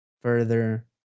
Further